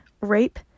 rape